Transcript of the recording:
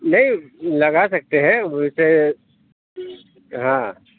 نہیں لگا سکتے ہیں اُسے ہاں